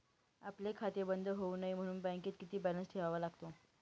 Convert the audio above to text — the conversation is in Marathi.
आपले खाते बंद होऊ नये म्हणून बँकेत किती बॅलन्स ठेवावा लागतो?